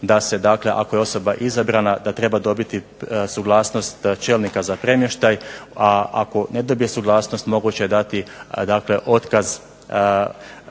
da se dakle ako je osoba izabrana da treba dobiti suglasnost čelnika za premještaj, a ako ne dobije suglasnost moguće je dati dakle otkaz